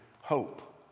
hope